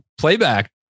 playback